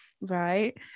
Right